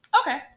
Okay